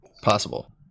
Possible